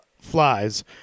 flies